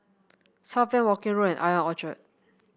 Southbank Woking Road and I O N Orchard